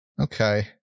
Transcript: Okay